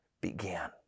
began